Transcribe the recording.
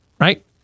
right